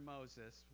Moses